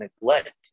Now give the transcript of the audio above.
neglect